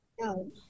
No